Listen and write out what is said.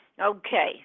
Okay